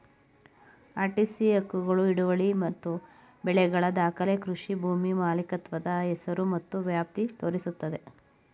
RTC ಹಕ್ಕುಗಳು ಹಿಡುವಳಿ ಮತ್ತು ಬೆಳೆಗಳ ದಾಖಲೆ ಕೃಷಿ ಭೂಮಿ ಮಾಲೀಕತ್ವದ ಹೆಸರು ಮತ್ತು ವ್ಯಾಪ್ತಿ ತೋರಿಸುತ್ತೆ